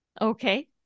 Okay